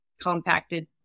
compacted